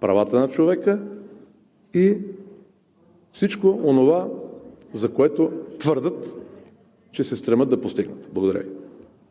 правата на човека и всичко онова, за което твърдят, че се стремят да постигнат. Благодаря Ви.